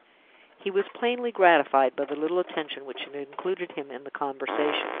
he was plainly gratified by the little attention which had included him in the conversation.